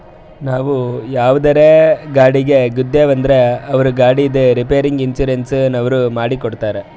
ನಾವು ಯಾವುದರೇ ಗಾಡಿಗ್ ಗುದ್ದಿವ್ ಅಂದುರ್ ಅವ್ರ ಗಾಡಿದ್ ರಿಪೇರಿಗ್ ಇನ್ಸೂರೆನ್ಸನವ್ರು ಮಾಡಿ ಕೊಡ್ತಾರ್